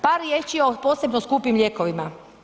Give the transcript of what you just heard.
Par riječi o posebno skupim lijekovima.